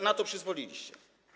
Na to przyzwoliliście.